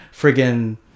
friggin